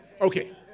Okay